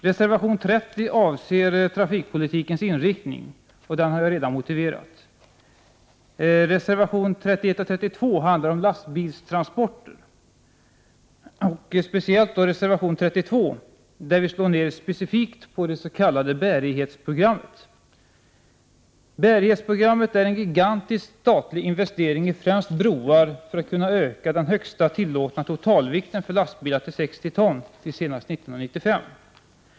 Reservation 30 avser trafikpolitikens inriktning, och denna reservation har jag redan motiverat. Reservationerna 31 och 32 handlar om lastbilstransporter. I reservation 32 slår vi specifikt ner på det s.k. bärighetsprogrammet. Bärighetsprogrammet är en gigantisk statlig investering i främst broar som syftar till att öka den högsta tillåtna totalvikten för lastbilar till 60 ton, vilket skall vara möjligt att genomföra senast 1995.